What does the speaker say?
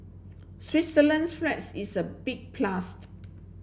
Switzerland's is a big